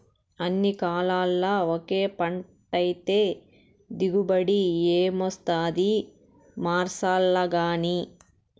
అన్ని కాలాల్ల ఒకే పంటైతే దిగుబడి ఏమొస్తాది మార్సాల్లగానీ